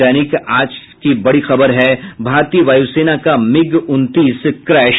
दैनिक आज की बड़ी खबर है भारतीय वायुसेना का मिग उनतीस क्रैश